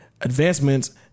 advancements